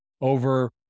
over